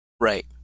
Right